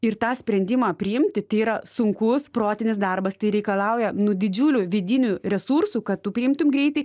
ir tą sprendimą priimti tai yra sunkus protinis darbas tai reikalauja nu didžiulių vidinių resursų kad tu priimtum greitai